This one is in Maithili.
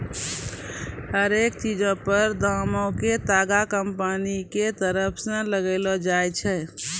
हरेक चीजो पर दामो के तागा कंपनी के तरफो से लगैलो जाय छै